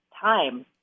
time